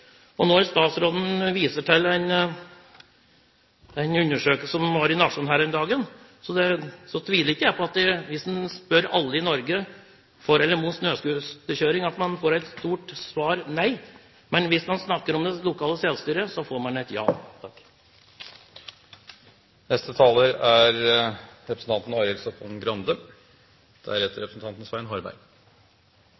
Når statsråden viser til den undersøkelsen i Nationen her om dagen, tviler ikke jeg på at hvis en spør alle i Norge om de sier ja eller nei til snøscooterkjøring, får man et nei, men hvis man spør dem om de vil ha lokalt selvstyre, får man et ja.